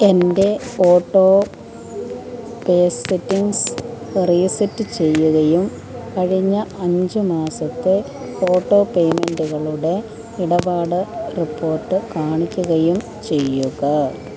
എന്റെ autopay settings reset ചെയ്യുകയും കഴിഞ്ഞ അഞ്ച് മാസത്തെ ഓട്ടോ പേയ്മെൻറ്റുകളുടെ ഇടപാട് റിപ്പോർട്ട് കാണിക്കുകയും ചെയ്യുക